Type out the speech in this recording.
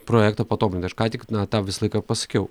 projektą patobulinti aš ką tik na tą visą laiką pasakiau